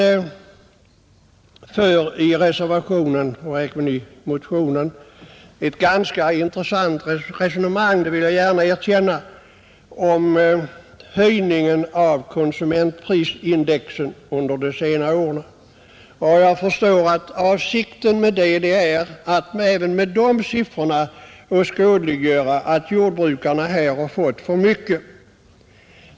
Det förs i reservationen och även i motionen ett ganska intressant resonemang — det vill jag gärna erkänna — om höjningen av konsumentprisindex under de senare åren. Jag förstår att avsikten med det är att även med de siffrorna åskådliggöra att jordbrukarna har fått för mycket.